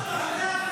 גם זה אסור,